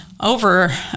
over